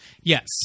Yes